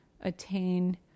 attain